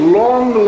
long